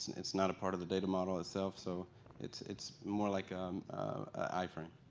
it's not a part of the data model itself. so it's it's more like an eye frame.